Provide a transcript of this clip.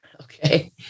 Okay